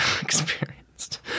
experienced